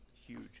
Huge